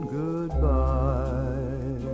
goodbye